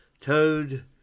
Toad